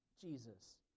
Jesus